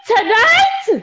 Tonight